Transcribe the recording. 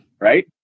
right